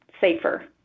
safer